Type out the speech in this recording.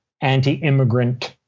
anti-immigrant